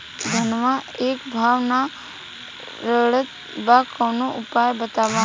धनवा एक भाव ना रेड़त बा कवनो उपाय बतावा?